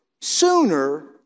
sooner